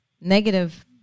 negative